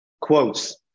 Quotes